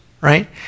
right